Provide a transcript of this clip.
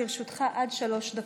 לרשותך עד שלוש דקות.